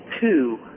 two